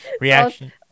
Reaction